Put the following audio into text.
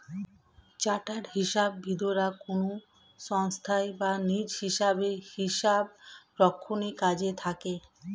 chartered হিসাববিদরা কোনো সংস্থায় বা নিজ ভাবে হিসাবরক্ষণের কাজে থাকেন